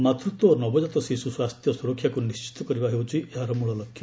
ମାତୃତ୍ୱ ଓ ନବକାତ ଶିଶୁ ସ୍ୱାସ୍ଥ୍ୟ ସୁରକ୍ଷାକୁ ନିର୍ଣ୍ଣିତ କରିବା ହେଉଛି ଏହାର ମୂଳଲକ୍ଷ୍ୟ